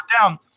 down